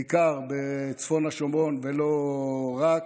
בעיקר בצפון השומרון ולא רק,